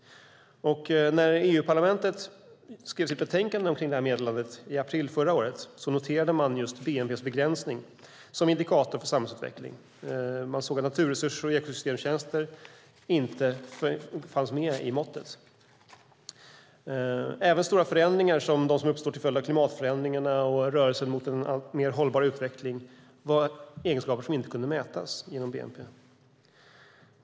När EU-parlamentet skrev sitt betänkande med anledning av meddelandet i april förra året noterade man just bnp:s begränsning som indikator för samhällsutveckling. Man såg att naturresurser och ekosystemtjänster inte fanns med i måttet. Inte heller stora förändringar som de som uppstår till följd av klimatförändringarna och rörelsen mot en hållbar utveckling var egenskaper som kunde mätas genom bnp.